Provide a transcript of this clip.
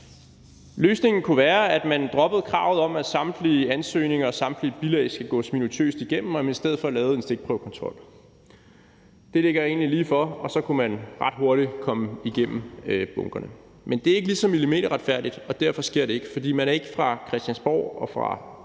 Løsningen kunne være, at man droppede kravet om, at samtlige ansøgninger og samtlige bilag skal gås minutiøst igennem, og at man i stedet for lavede en stikprøvekontrol. Det ligger egentlig ligefor, og så kunne man ret hurtigt komme igennem bunkerne. Men det er ikke lige så millimeterretfærdigt, og derfor sker det ikke, for man er ikke fra Christiansborg og fra